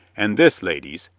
and this, ladies,